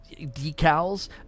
decals